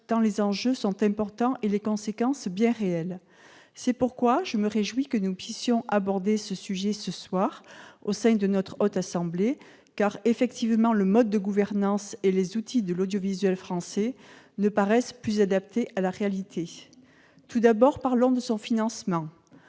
tant les enjeux sont importants et les conséquences bien réelles. C'est pourquoi je me réjouis que nous puissions aborder ce sujet ce soir au sein de notre Haute Assemblée, car, effectivement, le mode de gouvernance et les outils de l'audiovisuel français ne paraissent plus adaptés à la réalité. Tout d'abord, parlons de son financement.